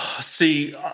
See